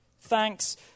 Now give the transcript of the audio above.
Thanks